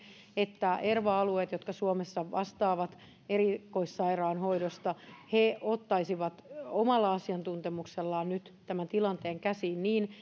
että erva alueet jotka suomessa vastaavat erikoissairaanhoidosta ottaisivat omalla asiantuntemuksellaan nyt tämän tilanteen käsiin niin